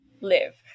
live